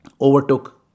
overtook